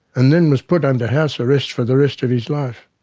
and then was put under house arrest for the rest of his life.